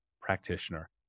practitioner